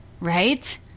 right